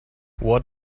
what